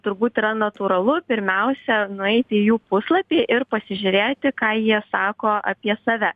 turbūt yra natūralu pirmiausia nueiti į jų puslapį ir pasižiūrėti ką jie sako apie save